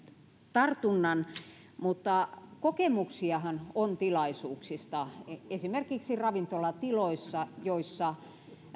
tartunnan mutta kokemuksiahan on tilaisuuksista esimerkiksi ravintolatiloissa joissa